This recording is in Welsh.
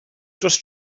dros